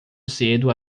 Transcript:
cedo